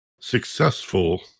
successful